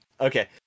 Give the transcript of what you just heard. Okay